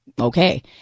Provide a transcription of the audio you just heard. Okay